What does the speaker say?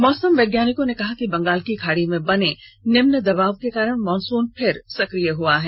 मौसम वैज्ञानिकों ने कहा कि बंगाल की खाड़ी में बने निम्न दबाव के कारण मॉनसून फिर सक्रिय हुआ है